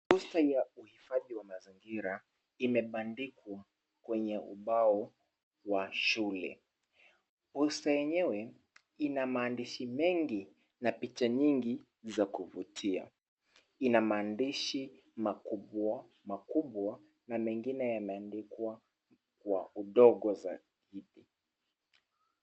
Poster ya uhifadhi wa mazingira imebandikwa kwenye ubao wa shule. Uso yenyewe ina maandishi mengi na picha nyingi za kuvutia. Ina maandishi makubwa makubwa na mengine yameandikwa kwa udogo zaidi.